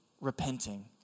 repenting